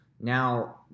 Now